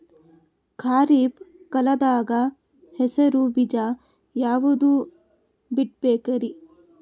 ಖರೀಪ್ ಕಾಲದಾಗ ಹೆಸರು ಬೀಜ ಯಾವದು ಬಿತ್ ಬೇಕರಿ?